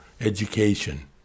education